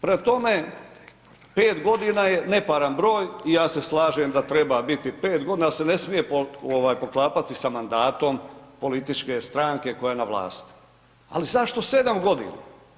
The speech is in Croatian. Prema tome, 5 godina je neparan broj i ja se slažem da treba biti 5 godina, ali se ne smije poklapati sa mandatom političke stranke koja je na vlasti, ali zašto 7 godina?